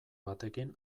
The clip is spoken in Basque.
batekin